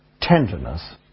tenderness